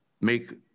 make